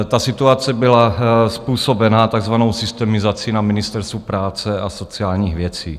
Ta situace byla způsobena takzvanou systemizací na Ministerstvu práce a sociálních věcí.